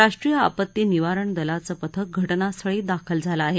राष्ट्रीय आपत्ती निवारण दलाचं पथक घटनास्थळी दाखल झालं आहे